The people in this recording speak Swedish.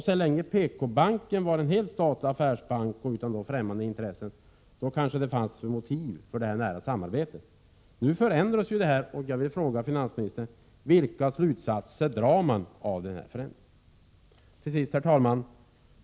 Så länge PKbanken var en helt statlig affärsbank, och utan främmande intressen, fanns det kanske motiv för det nära samarbetet. Nu förändras det hela, och jag vill fråga finansministern: Vilka slutsatser drar regeringen av denna förändring? Till sist, herr talman!